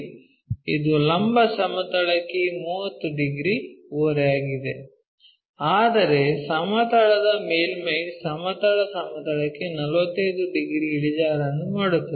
ಇದು ಲಂಬ ಸಮತಲಕ್ಕೆ 30 ಡಿಗ್ರಿ ಓರೆಯಾಗಿದೆ ಆದರೆ ಸಮತಲದ ಮೇಲ್ಮೈ ಸಮತಲ ಸಮತಲಕ್ಕೆ 45 ಡಿಗ್ರಿ ಇಳಿಜಾರನ್ನು ಮಾಡುತ್ತದೆ